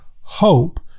hope